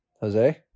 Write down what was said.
Jose